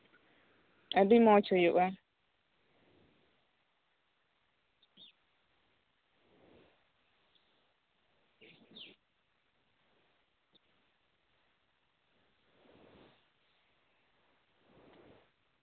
ᱟᱹᱰᱤ ᱢᱚᱸᱡ ᱦᱩᱭᱩᱜᱼᱟ